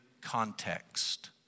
context